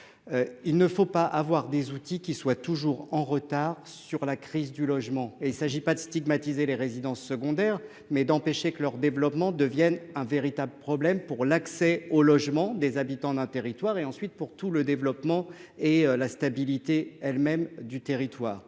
Il ne faut pas avoir des outils qui soit toujours en retard sur la crise du logement et il s'agit pas de stigmatiser les résidences secondaires, mais d'empêcher que leur développement deviennent un véritable problème pour l'accès au logement des habitants d'un territoire et ensuite pour tout le développement et la stabilité elles-mêmes du territoire